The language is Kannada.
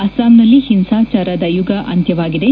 ಅಸ್ಪಾಂನಲ್ಲಿ ಹಿಂಸಾಚಾರದ ಯುಗ ಅಂತ್ಯವಾಗಿದೆ